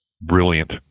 brilliant